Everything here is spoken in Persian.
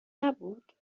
نبود